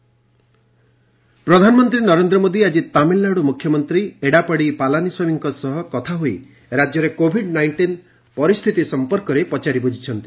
PM Tamil Nadu CM ପ୍ରଧାନମନ୍ତ୍ରୀ ନରେନ୍ଦ୍ର ମୋଦି ଆଜି ତାମିଲନାଡୁ ମୁଖ୍ୟମନ୍ତ୍ରୀ ଏଡାପାଡି ପାଲାନୀସ୍ୱାମୀଙ୍କ ସହ କଥା ହୋଇ ରାଜ୍ୟରେ କୋଭିଡ୍ ନାଇଷ୍ଟିନ୍ ପରିସ୍ଥିତି ସମ୍ପର୍କରେ ପଚାରି ବୁଝିଛନ୍ତି